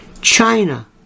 China